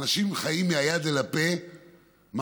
אנשים חיים מהיד אל הפה ממש,